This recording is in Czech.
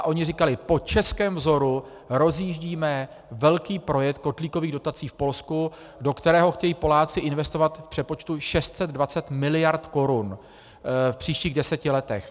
Oni říkali po českém vzoru rozjíždíme velký projekt kotlíkových dotací v Polsku, do kterého chtějí Poláci investovat v přepočtu 620 mld. korun v příštích deseti letech.